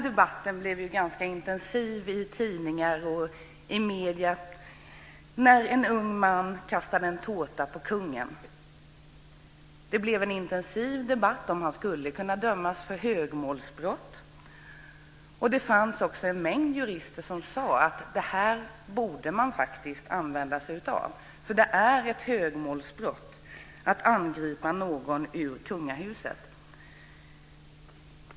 Debatten blev ganska intensiv i medierna när en ung man kastade en tårta på kungen. Det blev en debatt om huruvida man ska kunna döma någon för högmålsbrott. En mängd jurister sade att man borde använda sig av den brottsrubriceringen. Det är ett högmålsbrott att angripa någon ur kungahuset.